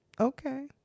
Okay